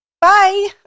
Bye